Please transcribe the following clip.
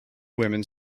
women